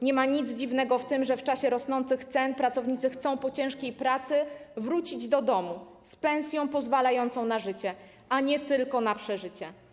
Nie ma nic dziwnego w tym, że w czasie rosnących cen pracownicy chcą po ciężkiej pracy wrócić do domu z pensją pozwalającą na życie, a nie tylko na przeżycie.